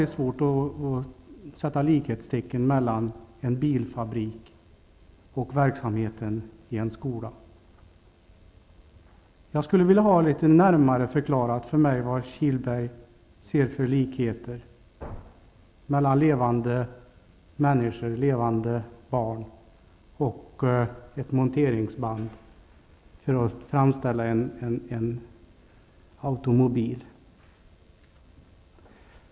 Jag har svårt att sätta likhetstecken mellan en bilfabrik och verksamheten i en skola. Jag skulle vilja ha litet närmare förklarat för mig vad Kihlberg ser för likheter mellan levande människor, barn, och ett monteringsband för att framställa en automobil.